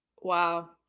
Wow